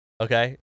okay